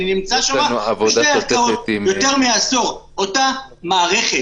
אני נמצא שם בשתי ערכאות יותר מעשור, אותה מערכת.